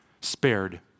spared